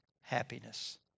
happiness